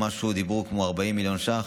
דיברו על משהו כמו 40 מיליון ש"ח,